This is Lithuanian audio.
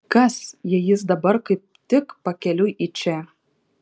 kas jei jis dabar kaip tik pakeliui į čia